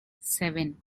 seven